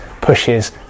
pushes